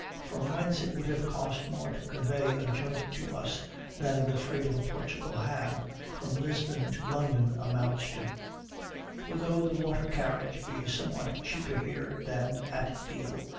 from whence it would have cost more to convey a joint to us than the freight of a portugal ham from lisbon to london amounts to for though the water-carriage be somewhat cheaper here than at deal,